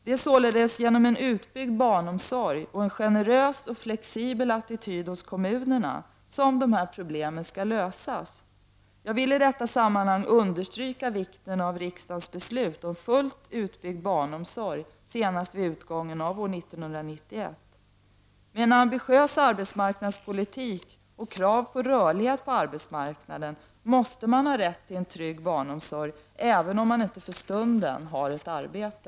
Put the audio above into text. Det är således genom en utbyggd barnomsorg och en generös och flexibel attityd hos kommunerna som dessa problem skall lösas. Jag vill i detta sammanhang understryka vikten av riksdagens beslut om fullt utbyggd barnomsorg senast vid utgången av år 1991. Med en ambitiös arbetsmarknadspolitik och krav på rörlighet på arbetsmarknaden måste man ha rätt till en trygg barnomsorg, även om man inte för stunden har ett arbete.